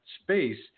space